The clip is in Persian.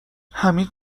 حمید